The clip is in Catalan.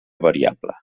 variable